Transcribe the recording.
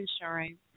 insurance